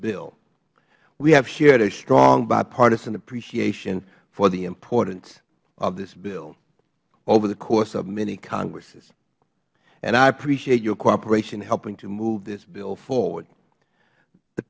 bill we have shared a strong bipartisan appreciation for the importance of this bill over the course of many congresses i appreciate your cooperation in helping it to move this bill forward the